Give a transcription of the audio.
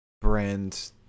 brand